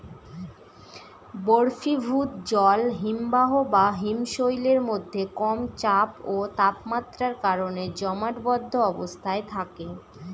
বরফীভূত জল হিমবাহ বা হিমশৈলের মধ্যে কম চাপ ও তাপমাত্রার কারণে জমাটবদ্ধ অবস্থায় থাকে